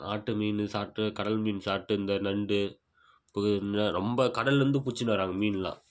நாட்டு மீன் சாப்பிட்டு கடல் மீன் சாப்பிட்டு இந்த நண்டு ரொம்ப கடல்லிருந்து பிடிச்சினு வராங்க மீனெல்லாம்